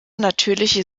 natürliche